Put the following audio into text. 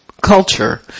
culture